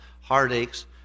heartaches